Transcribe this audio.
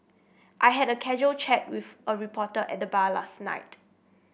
I had a casual chat with a reporter at the bar last night